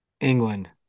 England